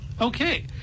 Okay